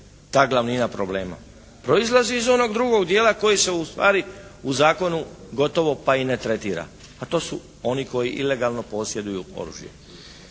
ta glavnina problema. Proizlazi iz onog drugog dijela koji se ustvari u zakonu gotovo pa i ne tretira. A to su oni koji ilegalno posjeduju oružje.